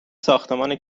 ساختمان